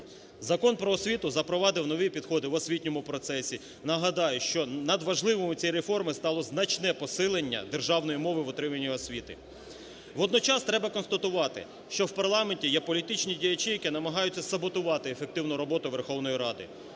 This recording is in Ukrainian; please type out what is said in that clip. Закон про освіту запровадив нові підходи в освітньому процесі. Нагадаю, що надважливою в цій реформі стало значне посилення державної мови в отриманні освіти. Водночас треба констатувати, що в парламенті є політичні діячі, які намагаються саботувати ефективну роботу Верховної Ради.